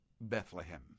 Bethlehem